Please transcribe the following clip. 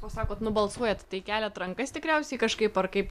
o sakot nubalsuojat tai keliat rankas tikriausiai kažkaip ar kaip